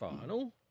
final